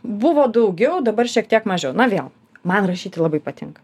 buvo daugiau dabar šiek tiek mažiau na vėl man rašyti labai patinka